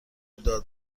داد